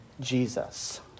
Jesus